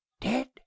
dead